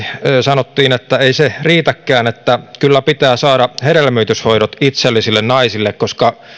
sanottiin että ei se riitäkään että kyllä pitää saada hedelmöityshoidot itsellisille naisille koska